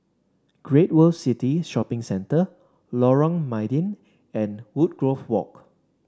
Great World City Shopping Centre Lorong Mydin and Woodgrove Walk